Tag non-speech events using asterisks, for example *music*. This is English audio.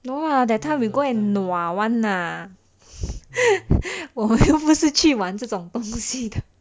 no lah that time we go and nua [one] lah *laughs* 我又不是去玩这种东西的